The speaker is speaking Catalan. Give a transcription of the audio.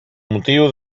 motiu